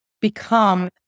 become